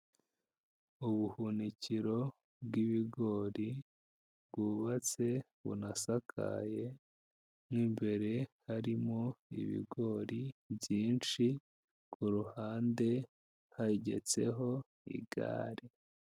Ubuhunikiro bw'ibigori bwubatse bunasakaye, mo imbere harimo ibigori byinshi ku ruhande hegetseho igare.